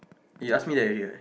you ask me that already what